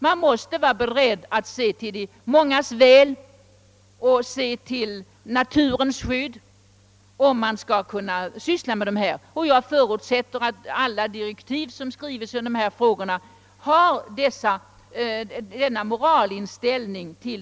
Man måste vara beredd att se till de mångas väl och naturens skydd, och jag förutsätter att alla direktiv för lösningar av dessa frågor grundar sig på den moralinställningen.